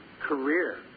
career